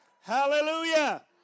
Hallelujah